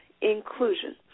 inclusion